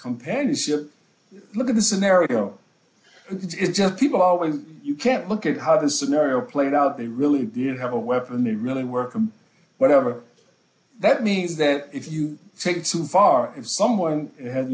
companionship look at the scenario it's just people always you can't look at how the scenario played out they really didn't have a weapon it really work and whatever that means that if you take it so far if someone has